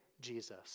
Jesus